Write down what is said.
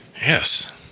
Yes